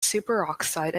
superoxide